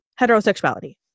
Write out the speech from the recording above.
heterosexuality